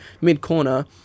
mid-corner